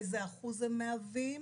איזה אחוז הם מהווים